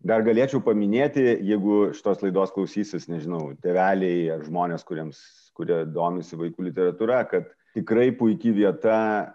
dar galėčiau paminėti jeigu šitos laidos klausysis nežinau tėveliai ar žmonės kuriems kurie domisi vaikų literatūra kad tikrai puiki vieta